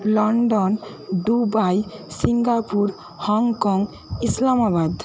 London Dubai Singapore Hong Kong Islamabad